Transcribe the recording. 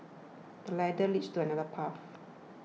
the ladder leads to another path